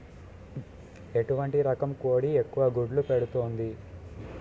ఎటువంటి రకం కోడి ఎక్కువ గుడ్లు పెడుతోంది?